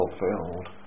fulfilled